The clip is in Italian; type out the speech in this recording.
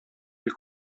del